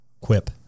Quip